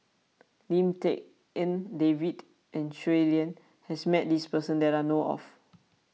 Lim Tik En David and Shui Lan has met this person that I know of